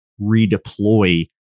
redeploy